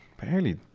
barely